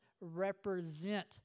represent